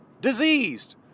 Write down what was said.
diseased